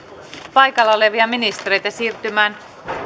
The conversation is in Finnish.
paikalla olevia ministereitä siirtymään